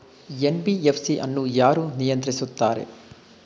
NBFC ಅನ್ನು ಯಾರು ನಿಯಂತ್ರಿಸುತ್ತಾರೆ?